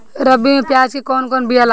रबी में प्याज के कौन बीया लागेला?